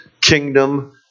kingdom